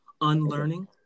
unlearning